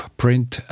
print